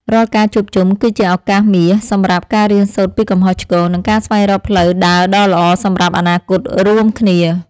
រាល់ការជួបជុំ គឺជាឱកាសមាសសម្រាប់ការរៀនសូត្រពីកំហុសឆ្គង និងការស្វែងរកផ្លូវដើរដ៏ល្អសម្រាប់អនាគតរួមគ្នា។